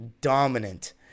dominant